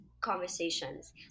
conversations